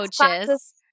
coaches